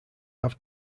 have